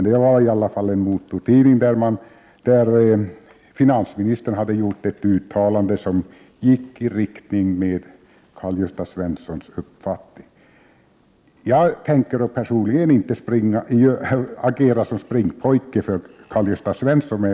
Det var i alla fall en motortidning, där finansministern hade gjort ett uttalande som gick i samma riktning som Karl-Gösta Svensons uppfattning. Jag tänker personligen inte agera springpojke åt Karl-Gösta Svenson.